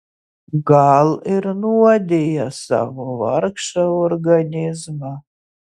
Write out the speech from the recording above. gal ir nuodija savo vargšą organizmą